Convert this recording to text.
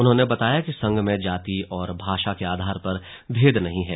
उन्होंने बताया कि संघ में जाति और भाषा के आधार पर भेद नहीं है